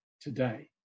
today